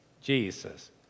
Jesus